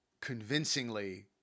convincingly